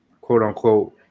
quote-unquote